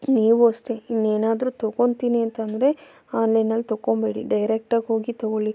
ನೀವು ಅಷ್ಟೆ ಇನ್ನೇನಾದರೂ ತಗೊಳ್ತೀನಿ ಅಂತ ಅಂದ್ರೆ ಆನ್ಲೈನಲ್ಲಿ ತಗೊಳ್ಬೇಡಿ ಡೈರೆಕ್ಟಾಗಿ ಹೋಗಿ ತಗೊಳ್ಳಿ